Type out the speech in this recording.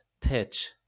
pitch